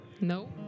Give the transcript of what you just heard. No